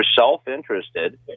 self-interested